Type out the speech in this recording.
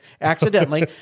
accidentally